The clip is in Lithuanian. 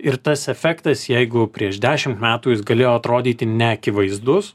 ir tas efektas jeigu prieš dešimt metų jis galėjo atrodyti neakivaizdus